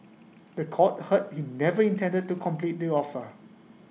The Court heard he never intended to complete the offer